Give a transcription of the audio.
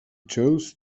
chose